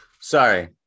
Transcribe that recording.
Sorry